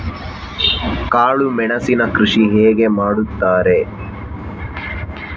ಕಾಳು ಮೆಣಸಿನ ಕೃಷಿ ಹೇಗೆ ಮಾಡುತ್ತಾರೆ?